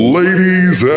ladies